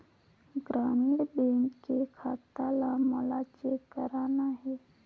ग्रामीण बैंक के खाता ला मोला चेक करना हे?